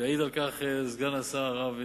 ויעיד על כך סגן השר הרב ליצמן.